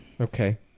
Okay